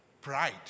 pride